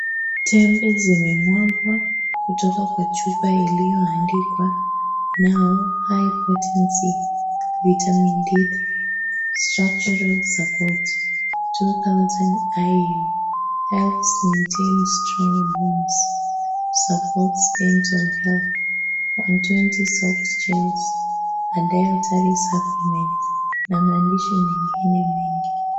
Tembe zimemwagwa kutoka kwa chupa iliyoandikwa now high potency vitamin D3, structural support, 2000IU, helps maintain strong bones, supports dental health,120 soft cells and dietary suppliments na maandishi mengine mengi.